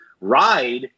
ride